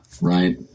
Right